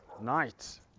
night